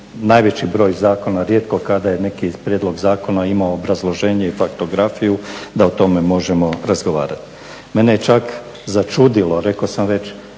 najveći broj zakona, rijetko kada je neki prijedlog zakona imao obrazloženje i faktografiju da o tome možemo razgovarati. Mene je čak začudilo, rekao sam već